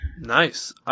Nice